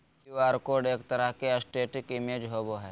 Q R code एक तरह के स्टेटिक इमेज होबो हइ